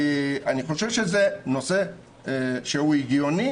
אני חושב שזה נושא שהוא הגיוני,